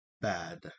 bad